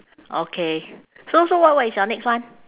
okay so so what what is your next one